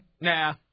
Nah